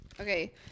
Okay